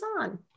on